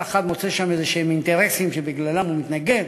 כל אחד מוצא שם אינטרסים שבגללם הוא מתנגד.